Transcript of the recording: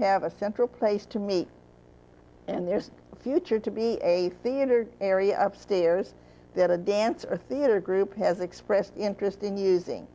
have a central place to meet and there's a future to be a theater area upstairs that a dance or theater group has expressed interest in using